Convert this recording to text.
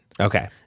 Okay